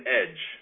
edge